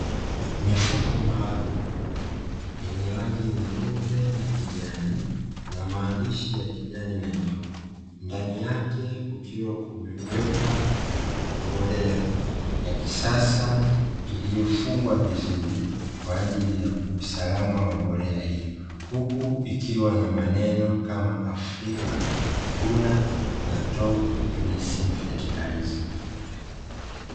Mifuko maalumu, yenye rangi nyeupe na kijani na maandishi ya kijani na nyeupe, ndani yake kukiwa kumewekwa mbolea ya kisasa iliyo fungwa vizuri kwaajili ya usalama wa mbolea hiyo huku ikiwa na maneno afrika, vuna na " top dressing fertilizer ".